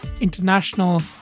international